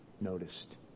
noticed